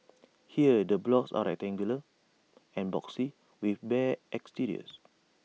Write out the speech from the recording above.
here the blocks are rectangular and boxy with bare exteriors